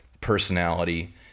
personality